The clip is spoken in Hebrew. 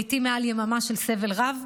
לעיתים מעל יממה, של סבל רב.